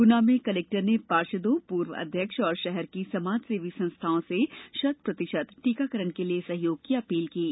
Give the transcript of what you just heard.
गुना में कलेक्टर ने पार्षदों पूर्व अध्यक्ष एवं शहर की समाजसेवी संस्थाओं से शत प्रतिशत टीकाकरण के लिए सहयोग की अपील की है